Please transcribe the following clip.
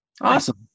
Awesome